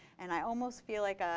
and i almost feel like, ah